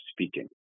speaking